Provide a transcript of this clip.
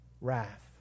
Wrath